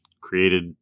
created